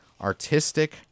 Artistic